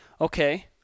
okay